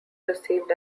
received